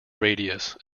radius